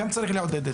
צריך לעודד גם אותן.